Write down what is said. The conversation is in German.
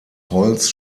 holz